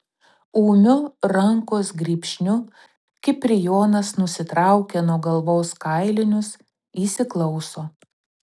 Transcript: ūmiu rankos grybšniu kiprijonas nusitraukia nuo galvos kailinius įsiklauso